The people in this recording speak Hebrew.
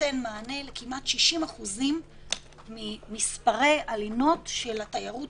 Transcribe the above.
שנותן מענה לכמעט 60% ממספרי הלינות של התיירות